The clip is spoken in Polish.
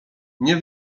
nie